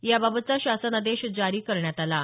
याबाबतचा शासन आदेश जारी करण्यात आला आहे